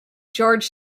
george